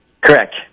Correct